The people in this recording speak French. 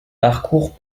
parcours